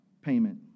payment